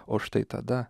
o štai tada